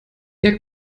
ihr